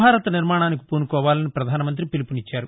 భారత నిర్మాణానికి పూనుకోవాలని పధానమంత్రి పిలుపునిచ్చారు